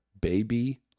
Baby